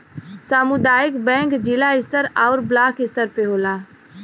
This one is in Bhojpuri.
सामुदायिक बैंक जिला स्तर आउर ब्लाक स्तर पे होला